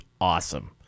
awesome